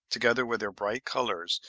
together with their bright colours,